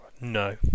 No